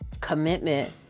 commitment